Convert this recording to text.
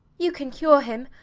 you can cure him,